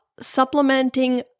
Supplementing